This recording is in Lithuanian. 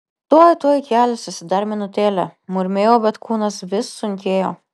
tuoj tuoj kelsiuosi dar minutėlę murmėjau bet kūnas vis sunkėjo